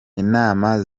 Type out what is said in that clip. inama